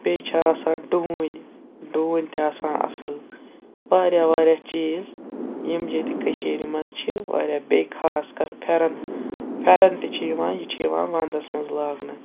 بیٚیہِ چھِ آسان ڈوٗنۍ ڈوٗنۍ تہِ آسان اَصٕل واریاہ واریاہ چیٖز یِم ییٚتہِ کٔشیٖرِ مَنٛز چھِ واریاہ بیٚیہِ خاص کَر پھٮ۪رَن پھٮ۪رَن تہِ چھِ یِوان یہِ چھِ یِوان وَندَس مَنٛز لاگنہٕ